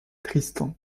tristan